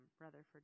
Rutherford